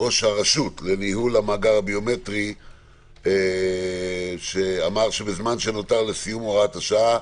ראש הרשות לניהול המאגר הביומטרי שאמר שבזמן שנותר לסיום הוראת השעה